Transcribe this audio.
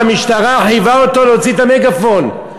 והמשטרה חייבה אותו להוציא את המגאפון.